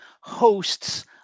hosts